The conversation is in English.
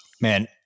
Man